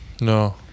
no